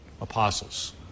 apostles